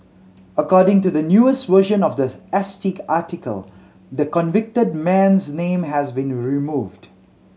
according to the newest version of the S T article the convicted man's name has been removed